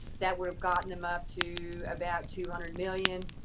that would have gotten them up to about two hundred million